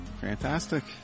Fantastic